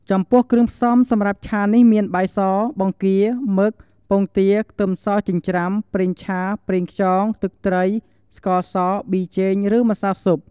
ចំពោះគ្រឿងផ្សំសម្រាប់ឆានេះមាន បាយស បង្គា មឹក ពងទា ខ្ទឹមសចិញ្ច្រាំ ប្រេងឆា ប្រេងខ្យង ទឹកត្រី ស្ករស ប៊ីចេង ឬម្សៅស៊ុប។